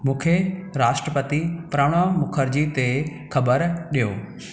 मूंखे राष्ट्रपति प्रणव मुखर्जी ते ख़बरु ॾियो